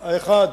האחד,